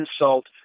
insult